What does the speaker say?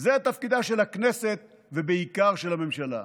זה תפקידה של הכנסת, ובעיקר של הממשלה.